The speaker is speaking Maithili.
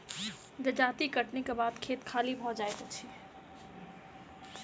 जजाति कटनीक बाद खेत खाली भ जाइत अछि